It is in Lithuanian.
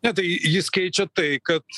ne tai jis keičia tai kad